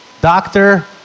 Doctor